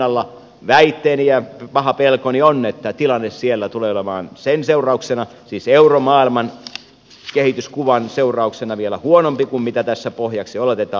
väitteeni ja paha pelkoni on että tilanne siellä tulee olemaan euromaailman kehityskuvan seurauksena vielä huonompi kuin mitä tässä pohjaksi oletetaan